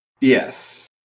Yes